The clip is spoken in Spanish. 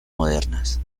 modernas